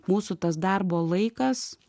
mūsų tas darbo laikas